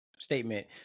Statement